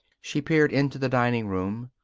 she peered into the dining room.